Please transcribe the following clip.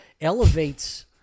elevates